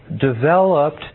developed